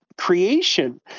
creation